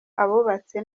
abubatse